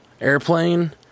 airplane